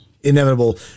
inevitable